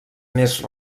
més